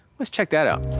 let's check that out.